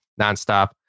nonstop